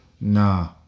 Nah